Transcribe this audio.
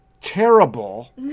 terrible